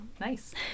nice